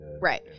Right